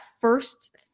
first